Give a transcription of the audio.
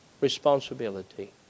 responsibility